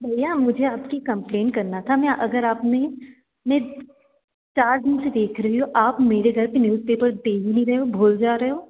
भैया मुझे आपकी कम्पलेन करना था मैं अगर आपने मैं चार दिन से देख रही हूँ आप मेरे घर पर न्यूज़पेपर दे ही नहीं रहे हो भूल जा रहे हो